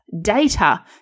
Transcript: data